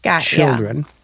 children